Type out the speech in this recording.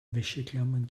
wäscheklammern